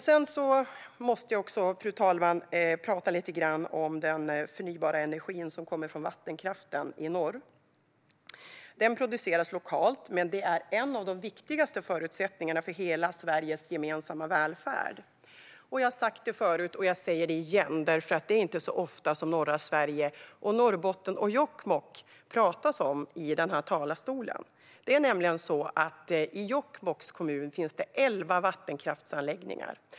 Jag måste också, fru talman, tala lite om den förnybara energi som kommer från vattenkraften i norr. Den produceras lokalt men är en av de viktigaste förutsättningarna för hela Sveriges gemensamma välfärd. Jag har sagt det förut och säger det igen, för det är inte så ofta det talas om norra Sverige, Norrbotten och Jokkmokk i denna talarstol. I Jokkmokks kommun finns det elva vattenkraftsanläggningar.